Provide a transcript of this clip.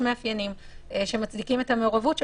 מאפיינים שמצדיקים את המעורבות שלו.